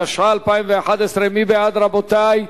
התשע"א 2011. מי בעד, רבותי?